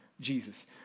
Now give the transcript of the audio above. Jesus